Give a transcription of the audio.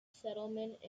settlement